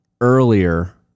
earlier